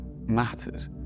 mattered